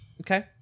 Okay